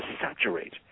saturate